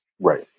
right